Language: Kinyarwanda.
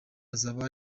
azaba